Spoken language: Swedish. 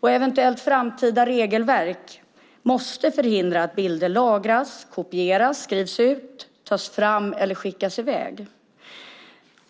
Ett eventuellt framtida regelverk måste förhindra att bilder lagras, kopieras, skrivs ut, tas fram eller skickas i väg.